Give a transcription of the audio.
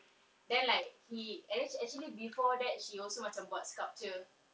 then like he alleged actually before that he also macam buat sculpture